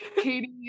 Katie